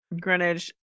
Greenwich